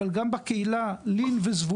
אבל גם בקהילה, לין וזבולון,